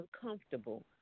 uncomfortable